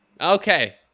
Okay